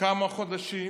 כמה חודשים,